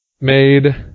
made